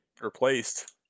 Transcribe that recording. replaced